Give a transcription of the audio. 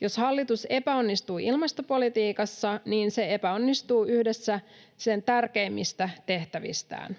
Jos hallitus epäonnistuu ilmastopolitiikassa, niin se epäonnistuu yhdessä tärkeimmistä tehtävistään.